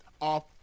off